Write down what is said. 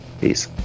Peace